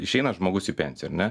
išeina žmogus į pensiją ar ne